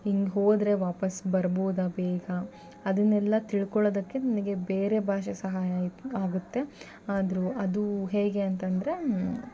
ಹೀಗ್ ಹೋದರೆ ವಾಪಸ್ಸು ಬರ್ಬೌದಾ ಬೇಗ ಅದನ್ನೆಲ್ಲ ತಿಳ್ಕೊಳ್ಳೋದಕ್ಕೆ ನಮಗೆ ಬೇರೆ ಭಾಷೆ ಸಹಾಯ ಆಯ್ ಆಗುತ್ತೆ ಆದರು ಅದು ಹೇಗೆ ಅಂತಂದರೆ